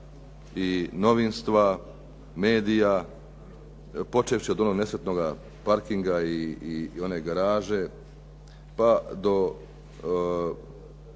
i novinstva, medija počevši od onog nesretnog parkinga i one garaže pa do